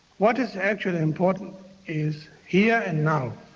what is actually important is here and now.